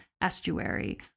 estuary